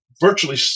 virtually